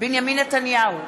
בנימין נתניהו,